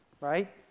right